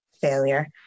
failure